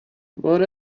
what